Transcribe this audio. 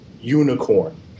unicorn